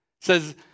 says